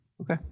Okay